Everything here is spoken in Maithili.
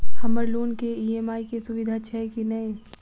हम्मर लोन केँ ई.एम.आई केँ सुविधा छैय की नै?